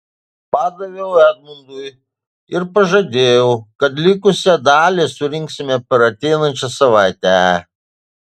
padaviau edmundui ir pažadėjau kad likusią dalį surinksime per ateinančią savaitę